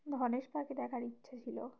ধনেশ পাখি দেখার ইচ্ছে ছিল